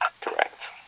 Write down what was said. Correct